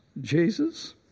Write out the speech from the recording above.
Jesus